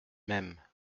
mêmes